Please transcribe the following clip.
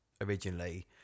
originally